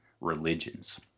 religions